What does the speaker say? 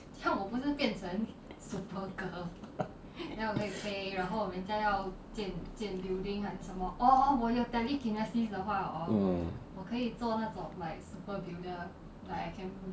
mm